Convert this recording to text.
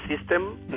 system